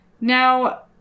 Now